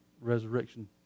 resurrection